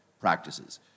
practices